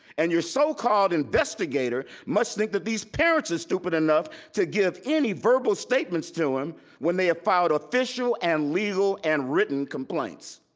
and your so-called investigator must think that these parents are stupid enough to give any verbal statements to him when they have filed official and legal and written complaints.